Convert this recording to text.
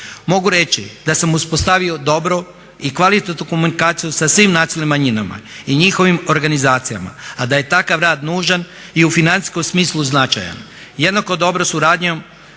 Mogu reći da sam uspostavio dobru i kvalitetnu komunikaciju sa svim nacionalnim manjinama i njihovim organizacijama, a da je takav rad nužan i u financijskom smislu značajan. Jednako dobru suradnju